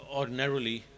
ordinarily